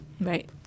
Right